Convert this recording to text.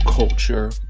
Culture